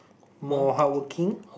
more hardworking